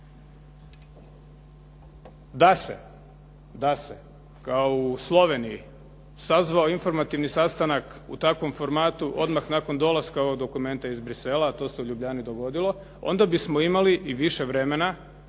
Da se kao u Sloveniji sazvao informativni sastanak u takvom formatu odmah nakon dolaska ovog dokumenta iz Bruxellesa, to se u Ljubljani dogodilo, onda bismo imali i više vremena